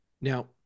now